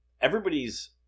everybody's –